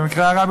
במקרה הרע,